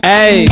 Hey